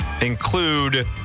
include